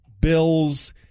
Bills